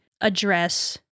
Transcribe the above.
address